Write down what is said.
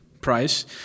price